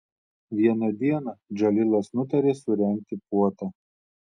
vieną dieną džalilas nutarė surengti puotą